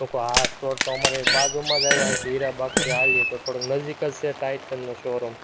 હુ ંકહું આ સ્ટોર તો અમારી બાજુમાં જ આવ્યો અહીંથી હીરા બાગથી ચાલીએ તો થોડોક નજીક જ છે ટાઈટનનો શો રૂમ